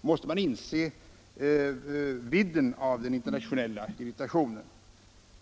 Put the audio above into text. måste man inse vidden av den internationella irritationen.